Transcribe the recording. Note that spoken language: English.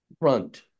front